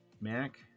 MAC